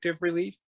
relief